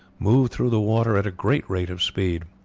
moved through the water at a great rate of speed.